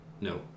no